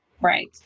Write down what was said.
Right